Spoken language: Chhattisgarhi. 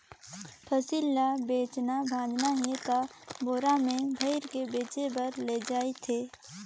फसिल ल बेचना भाजना हे त बोरा में भइर के बेचें बर लेइज थें